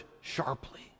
sharply